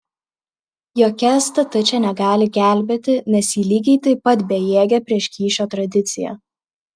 jokia stt čia negali gelbėti nes ji lygiai taip pat bejėgė prieš kyšio tradiciją